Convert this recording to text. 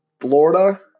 Florida